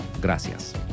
Gracias